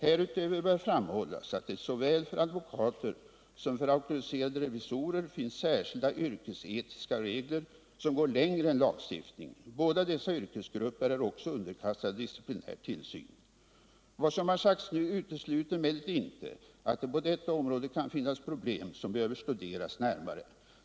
Härutöver bör framhållas att det såväl för advokater som för auktoriserade revisorer finns särskilda yrkesetiska regler som går längre än lagstiftningen. Båda dessa yrkesgrupper är också underkastade disciplinär tillsyn. Vad som sagts nu utesluter emellertid inte att det på detta område kan finnas problem som behöver studeras närmare.